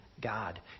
God